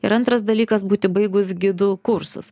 ir antras dalykas būti baigus gidų kursus